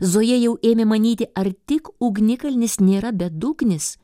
zoja jau ėmė manyti ar tik ugnikalnis nėra bedugnis